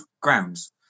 grounds